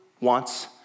wants